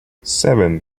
seven